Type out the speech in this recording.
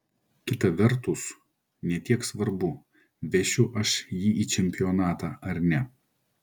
kita vertus ne tiek svarbu vešiu aš jį į čempionatą ar ne